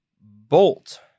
Bolt